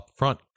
upfront